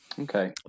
Okay